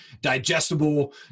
digestible